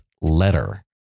letter